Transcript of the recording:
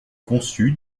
conçu